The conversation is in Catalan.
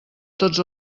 tots